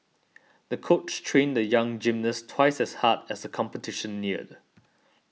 the coach trained the young gymnast twice as hard as the competition neared